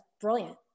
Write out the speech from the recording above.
brilliant